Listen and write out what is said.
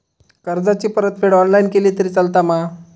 कर्जाची परतफेड ऑनलाइन केली तरी चलता मा?